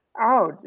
out